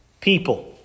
people